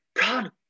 God